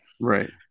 right